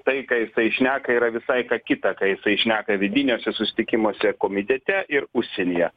tai ką jisai šneka yra visai ką kita ką jisai šneka vidiniuose susitikimuose komitete ir užsienyje